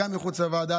גם מחוץ לוועדה,